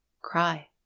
Cry